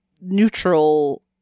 neutral